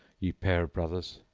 ye pair of brothers.